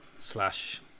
slash